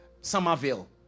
Somerville